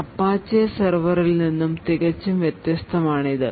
Apache സെർവറിൽ നിന്നും തികച്ചും വ്യത്യസ്തമാണ് ഇത്